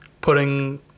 putting